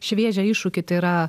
šviežią iššūkį tai yra